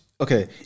Okay